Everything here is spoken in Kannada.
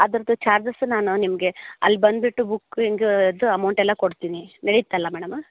ಅದ್ರ್ದು ಚಾರ್ಜಸ್ ನಾನು ನಿಮಗೆ ಅಲ್ಲಿ ಬಂದುಬಿಟ್ಟು ಬುಕ್ಕಿಂಗ್ದು ಅಮೌಂಟ್ ಎಲ್ಲ ಕೊಡ್ತೀನಿ ನಡಿಯ್ತಲ್ಲ ಮೇಡಮ್